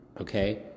okay